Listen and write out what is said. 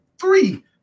three